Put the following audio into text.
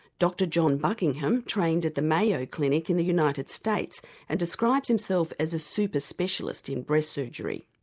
dr john buckingham trained at the mayo clinic in the united states and describes himself as a super-specialist in breast surgery.